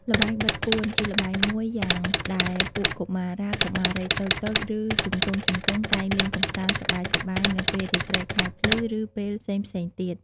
ល្បែងបិទពួន ជាល្បែងមួយយ៉ាងដែលពួកកុមារា កុមារីតូចៗ ឬ ជំទង់ៗតែងលេងកំសាន្ត សប្បាយៗនៅពេលរាត្រីខែភ្លឺ ឬ ពេលផ្សេងៗទៀត។